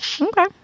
Okay